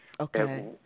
Okay